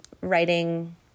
writing